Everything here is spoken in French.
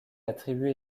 attribué